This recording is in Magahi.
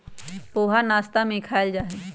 पोहा नाश्ता में खायल जाहई